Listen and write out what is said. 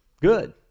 Good